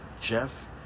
Jeff